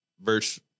verse